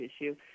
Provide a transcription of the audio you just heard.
issue